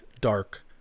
dark